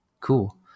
Cool